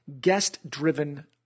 guest-driven